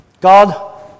God